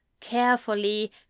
carefully